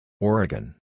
Oregon